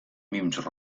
mims